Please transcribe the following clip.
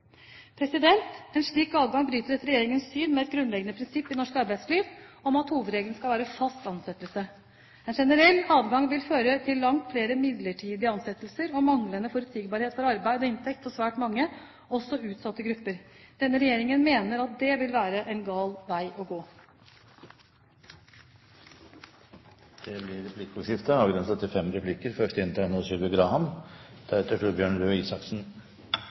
En slik adgang bryter etter regjeringens syn med et grunnleggende prinsipp i norsk arbeidsliv om at hovedregelen skal være fast ansettelse. En generell adgang vil føre til langt flere midlertidige ansettelser og manglende forutsigbarhet for arbeid og inntekt for svært mange, også utsatte grupper. Denne regjeringen mener at det vil være en gal vei å gå. Det blir replikkordskifte. I proposisjonen sier departementet at etter departementets vurdering er lovreglene om adgangen til